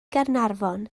gaernarfon